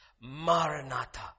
Maranatha